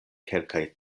kelkaj